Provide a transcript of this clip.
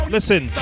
Listen